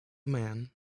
man